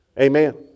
Amen